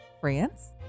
France